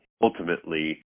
ultimately